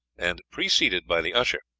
and, preceded by the usher,